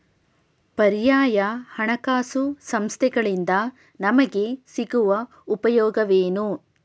ಪರ್ಯಾಯ ಹಣಕಾಸು ಸಂಸ್ಥೆಗಳಿಂದ ನಮಗೆ ಸಿಗುವ ಉಪಯೋಗವೇನು?